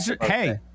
Hey